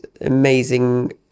amazing